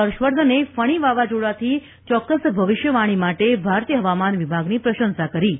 હર્ષવર્ધને કહ્યું કે ફણી વાવાઝોડાની ચોક્કસ ભવિષ્યવાણી માટે ભારતીય હવામાન વિભાગની પ્રશંસા કરી હતી